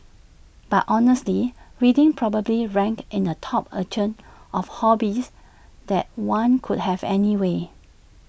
but honestly reading probably ranks in the top echelon of hobbies that one could have anyway